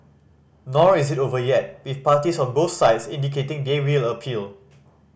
nor is it over yet with parties on both sides indicating they will appeal